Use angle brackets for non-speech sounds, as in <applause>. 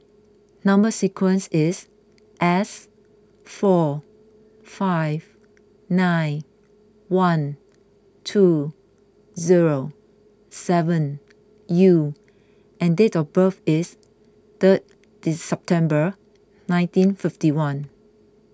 Number Sequence is S four five nine one two zero seven U and date of birth is third <unintelligible> September nineteen fifty one